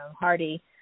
Hardy